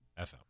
FM